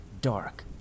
Dark